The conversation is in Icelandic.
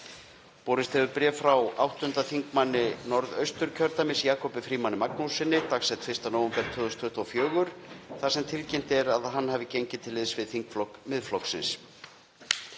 Borist hefur bréf frá 8. þm. Norðausturkjördæmis, Jakobi Frímanni Magnússyni, dagsett 1. nóvember 2024, þar sem tilkynnt er að hann hafi gengið til liðs við þingflokk Miðflokksins.